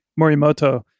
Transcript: Morimoto